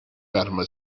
fatima